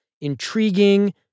intriguing